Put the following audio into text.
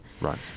Right